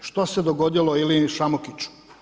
Što se dogodilo Iliji Šamukiću?